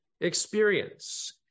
experience